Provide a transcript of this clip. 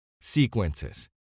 Sequences